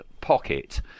pocket